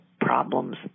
problems